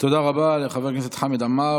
תודה רבה לחבר הכנסת חמד עמאר.